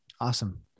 Awesome